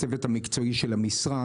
הצוות המקצועי של המשרד,